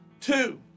Two